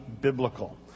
biblical